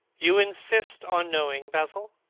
you insist on knowing, basil?